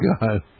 God